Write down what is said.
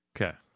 Okay